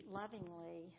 lovingly